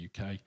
UK